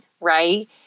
Right